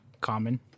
common